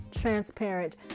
transparent